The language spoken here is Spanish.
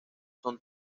son